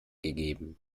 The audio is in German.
gegeben